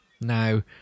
Now